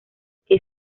que